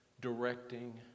directing